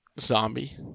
zombie